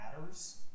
matters